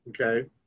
okay